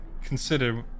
consider